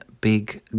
big